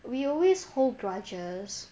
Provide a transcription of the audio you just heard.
we always hold grudges